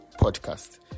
podcast